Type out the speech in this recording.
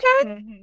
okay